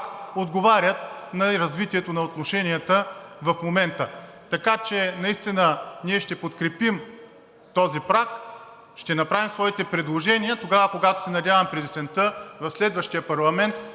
отговарят на развитието на отношенията в момента. Така че наистина ние ще подкрепим този праг, ще направим своите предложения, тогава, когато се надявам през есента, в следващия парламент